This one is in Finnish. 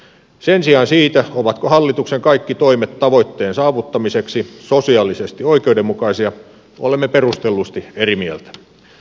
sen sijaan siitä ovatko hallituksen kaikki toimet tavoitteen saavuttamiseksi sosiaalisesti oikeudenmukaisia olemme perustellusti eri mieltä